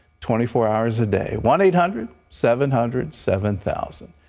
twenty four hours a day. one eight hundred seven hundred seven thousand.